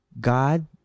God